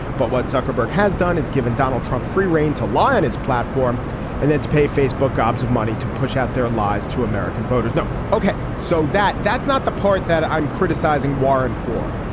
but what zuckerberg has done is given donald trump free reign to lie on his platform and then pay facebook gobs of money to push out their lies to american voters now ok. so that that's not the part that i'm criticizing warren for.